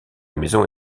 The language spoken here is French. maison